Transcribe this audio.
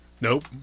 Nope